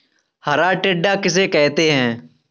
हरा टिड्डा किसे कहते हैं?